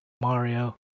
Mario